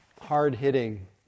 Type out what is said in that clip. hard-hitting